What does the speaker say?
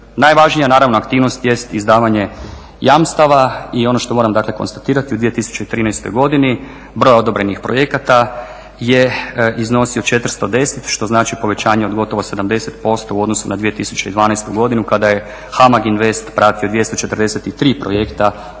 Najvažnija naravno aktivnost jest izdavanje jamstava i ono što moram dakle konstatirati u 2013. godini broj odobrenih projekata je iznosio 410 što znači povećanje od gotovo 70% u odnosu na 2012. godinu kada je HAMAG INVEST pratio 243 projekta